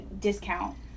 discount